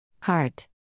Heart